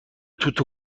توت